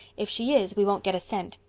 if she is we won't get a cent.